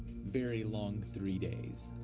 very long three days.